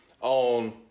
on